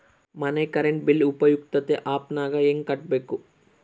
ಮನೆ current bill ಉಪಯುಕ್ತತೆ app ನಾಗ ಹೆಂಗ ಕಟ್ಟಬೇಕು?